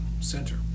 center